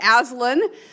Aslan